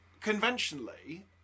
Conventionally